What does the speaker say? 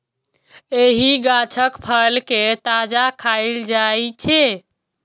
एहि गाछक फल कें ताजा खाएल जाइ छै